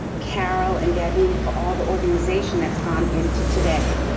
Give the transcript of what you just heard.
cal and debbie for all the organization that's gone into today.